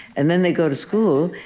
and then they go to school,